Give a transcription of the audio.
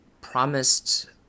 promised